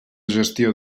gestió